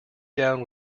down